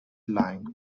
line